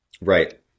Right